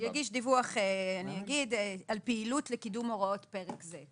הוא יגיש דיווח על פעילות לקידום הוראות פרק זה.